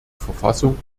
verfassung